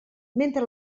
mentre